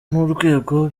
n’urwego